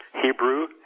Hebrew